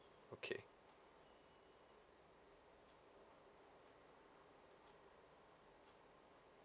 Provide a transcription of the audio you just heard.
okay